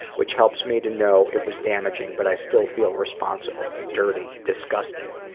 which helps me to know it was damaging, but i still feel responsible, dirty, disgusting.